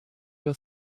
your